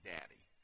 Daddy